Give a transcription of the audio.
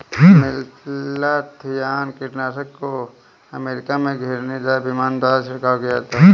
malathion कीटनाशक को America में घिरनीदार विमान द्वारा छिड़काव किया जाता है